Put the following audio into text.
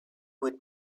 would